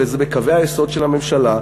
וזה בקווי היסוד של הממשלה,